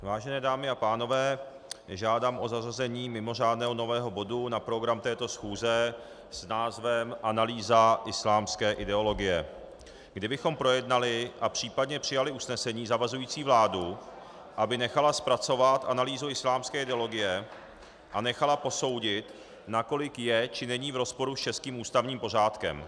Vážené dámy a pánové, žádám o zařazení mimořádného nového bodu na program této schůze s názvem Analýza islámské ideologie, kdy bychom projednali a případně přijali usnesení zavazující vládu, aby nechala zpracovat analýzu islámské ideologie a nechala posoudit, nakolik je či není v rozporu s českým ústavním pořádkem.